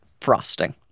frosting